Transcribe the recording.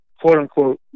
quote-unquote